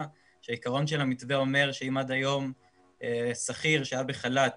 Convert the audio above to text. כשהעיקרון של המתווה אומר שאם עד היום שכיר שהיה בחל"ת